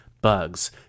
bugs